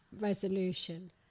resolution